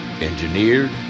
Engineered